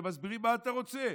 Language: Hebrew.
ואומרים: מה אתה רוצה?